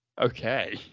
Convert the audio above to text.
Okay